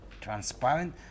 transparent